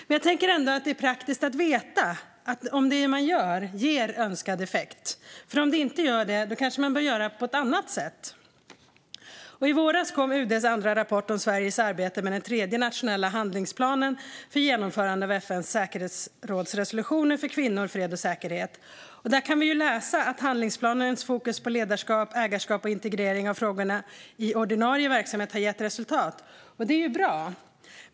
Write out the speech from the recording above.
Men jag tycker ändå att det är praktiskt att veta om det man gör ger önskad effekt, för om det inte gör det kanske man bör göra på ett annat sätt. I våras kom UD:s andra rapport om Sveriges arbete med den tredje nationella handlingsplanen för genomförande av FN:s säkerhetsrådsresolutioner för kvinnor, fred och säkerhet. Där kan vi läsa att handlingsplanens fokus på ledarskap, ägarskap och integrering av frågorna i ordinarie verksamhet har gett resultat, och det är ju bra.